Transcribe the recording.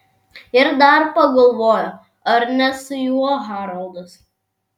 ir dar pagalvojo ar ne su juo haroldas